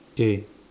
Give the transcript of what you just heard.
K